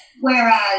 whereas